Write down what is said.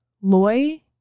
Loy